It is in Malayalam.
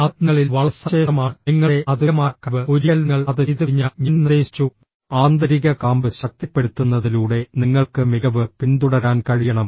അത് നിങ്ങളിൽ വളരെ സവിശേഷമാണ് നിങ്ങളുടെ അതുല്യമായ കഴിവ് ഒരിക്കൽ നിങ്ങൾ അത് ചെയ്തുകഴിഞ്ഞാൽ ഞാൻ നിർദ്ദേശിച്ചു ആന്തരിക കാമ്പ് ശക്തിപ്പെടുത്തുന്നതിലൂടെ നിങ്ങൾക്ക് മികവ് പിന്തുടരാൻ കഴിയണം